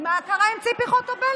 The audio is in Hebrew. מה קרה עם ציפי חוטובלי?